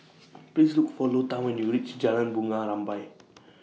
Please Look For Lota when YOU REACH Jalan Bunga Rampai